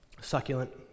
Succulent